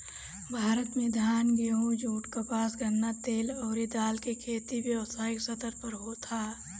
भारत में धान, गेंहू, जुट, कपास, गन्ना, तेल अउरी दाल के खेती व्यावसायिक स्तर पे होत ह